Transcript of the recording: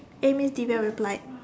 eh miss Divya replied